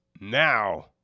now